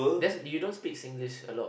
that's you don't speak Singlish a lot